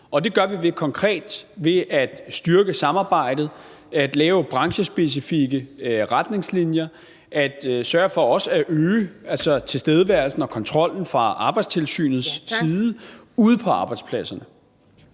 Det gør vi konkret ved at styrke samarbejdet, lave branchespecifikke retningslinjer og sørge for også at øge tilstedeværelsen og kontrollen fra Arbejdstilsynets side ude på arbejdspladserne.